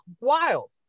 wild